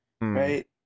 Right